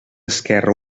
esquerre